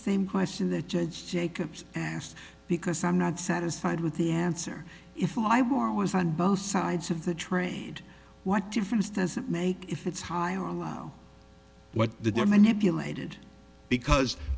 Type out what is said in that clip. same question that just jacobs asked because i'm not satisfied with the answer if i was on both sides of the trade what difference does it make if it's high on what the